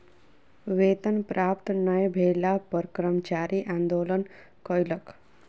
वेतन प्राप्त नै भेला पर कर्मचारी आंदोलन कयलक